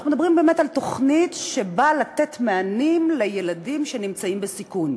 אנחנו מדברים באמת על תוכנית שבאה לתת מענים לילדים שנמצאים בסיכון.